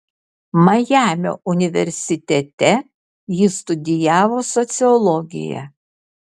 majamio universitete ji studijavo sociologiją